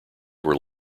were